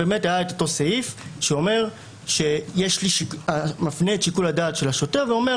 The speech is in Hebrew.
היה את אותו סעיף שמפנה את שיקול הדעת של השוטר ואומר